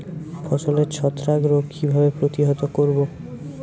ফসলের ছত্রাক রোগ কিভাবে প্রতিহত করব?